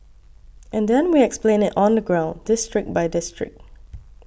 and then we explained it on the ground district by district